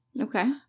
Okay